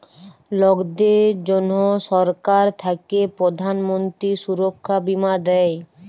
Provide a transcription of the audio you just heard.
লকদের জনহ সরকার থাক্যে প্রধান মন্ত্রী সুরক্ষা বীমা দেয়